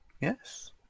yes